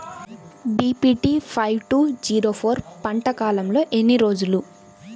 BPT five two zero four పంట కాలంలో ఎన్ని రోజులు?